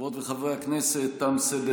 חברות וחברי הכנסת, תם סדר-היום.